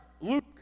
Luke